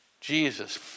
Jesus